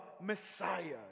Messiah